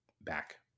back